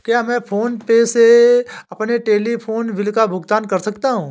क्या मैं PhonePe से अपने टेलीफोन बिल का भुगतान कर सकता हूँ?